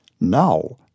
Now